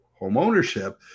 homeownership